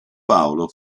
paolo